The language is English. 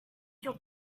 your